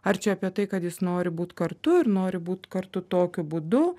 ar čia apie tai kad jis nori būt kartu ir nori būt kartu tokiu būdu